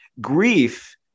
Grief